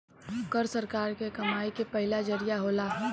कर सरकार के कमाई के पहिला जरिया होला